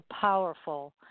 powerful